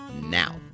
now